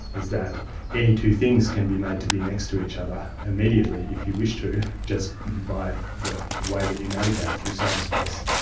is that any two things can be made to be next to each other immediately if you wish to, just by the way that you navigate through cyberspace.